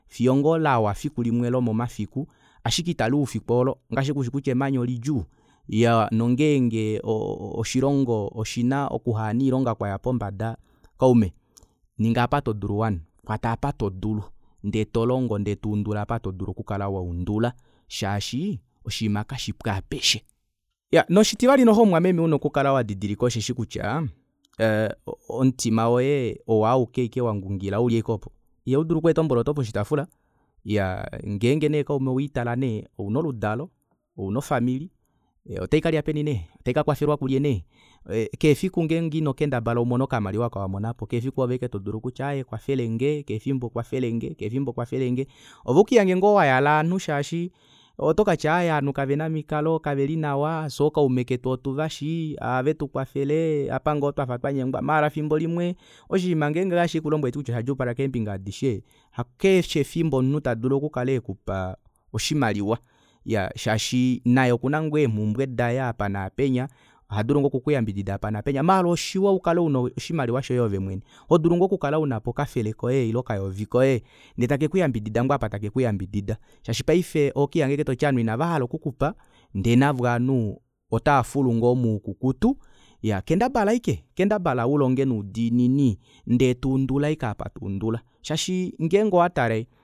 Fiyo ngoo lawa efikulimwe lomomafiku ashike italuu efiku oolo ongaashi ashike ushikutya emanya olidjuu iyaa nongenge oshilongo oshina okuhena oilonga kuli pombada kaume ninga apa todulu wani kwata apa todulu ndee tolongo ndee tuundula aapa todulu okukala waundula shaashi oshiima kashipu aapeshe iyaa noshitivali noxo mumwameme una okukala wadidilika oshosho kutya aa omutima woye owo auke wangungila uli ashike oopo ihaudulu okuka waeta omboloto poshitaafula iyaa ngenge nee kaume owiitala nee ouna oludalo ouna ofamili otaikalya peni nee otaikakwafelwa kulye nee keshe efiku ngenge ino kendabala umone okamaliwa akawamonapo keshe fiku oove ashike todulu kutya aaye kwafelenge keshefimbo kwafelenge keshefimbo kwafelenge ove ukelihange ngoo wayala ovanhu shaashi otokatya aaye ovanhu kavena omikalo kaveli nawa fyee okaume ketu otuvashi ohavetukwafele apa ngoo twafa twanyengwa maala efimbo limwe oshiima ngaashi haikulombwele kutya osha djuupala keembinga adishe hakeshe efimbo omunhu tadulu okukala ekupa oshimaliwa iyaa shaashi naye okuna ngoo eemumbwe daye apa naapenya ohadulu ngoo okukuyambidida apa naapenya maala oshiwa ukale una oshimaliwa shoye ove mwene hodulu ngoo okukal auna okayovi koye ile okafele koye ndee take kuyambidida ngoo apa take kuyambidida shaashi paife ohokelihanga ashike toti ovanhu inavahala okukupa ndee navo ovanhu otavafulu ngoo moukukutu iya kendabala ashike kendabala ulonge noudiinini ndee tuundula ashike apa tuundula shaashi ngenge owatale